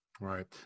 Right